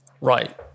right